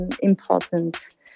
important